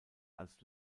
als